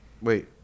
Wait